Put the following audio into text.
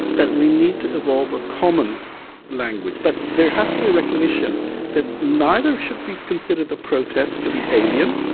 that we need to evolve a common language. but there has to be a recognition that neither should we consider the protest to be alien.